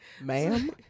Ma'am